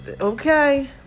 okay